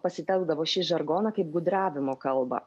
pasitelkdavo šį žargoną kaip gudravimo kalbą